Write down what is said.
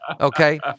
okay